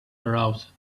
aroused